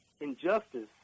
injustice